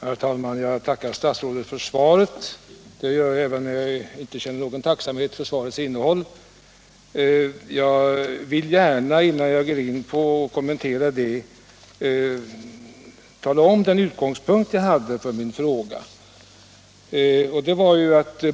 Herr talman! Jag tackar statsrådet för svaret, även om jag inte känner någon tacksamhet när det gäller svarets innehåll. Innan jag kommenterar svaret vill jag gärna redogöra för de utgångspunkter jag hade för min interpellation.